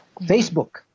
Facebook